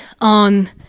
on